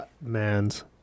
man's